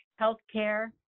healthcare